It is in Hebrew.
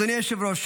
אדוני היושב-ראש,